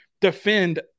defend